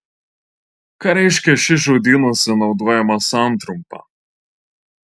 ką reiškia ši žodynuose naudojama santrumpa